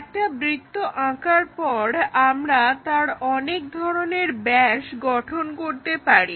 একটা বৃত্ত আঁকার পর আমরা তার অনেক ধরনের ব্যাস গঠন করতে পারি